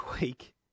week